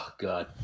god